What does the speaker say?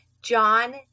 John